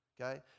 okay